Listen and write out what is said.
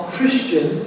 Christian